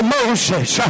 Moses